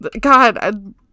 god